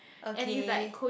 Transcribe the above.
okay